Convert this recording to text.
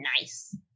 nice